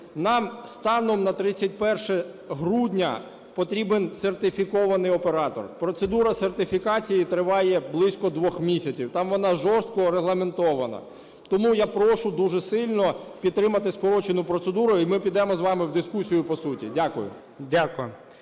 нам станом на 31 грудня потрібен сертифікований оператор. Процедура сертифікації триває близько 2 місяців, там вона жорстко регламентована. Тому я прошу дуже сильно підтримати скорочену процедуру, і ми підемо з вами в дискусію по суті. Дякую.